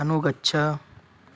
अनुगच्छ